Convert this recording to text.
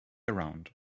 around